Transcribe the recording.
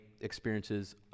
experiences